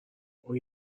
اوه